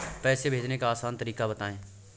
पैसे भेजने का आसान तरीका बताए?